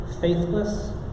Faithless